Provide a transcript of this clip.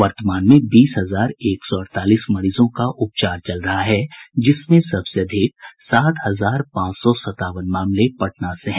वर्तमान में बीस हजार एक सौ अड़तालीस मरीजों का उपचार चल रहा है जिसमें सबसे अधिक सात हजार पांच सौ सतावन मामले पटना से हैं